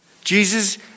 Jesus